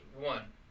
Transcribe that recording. one